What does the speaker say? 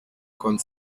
comme